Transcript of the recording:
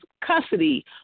custody